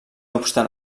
obstant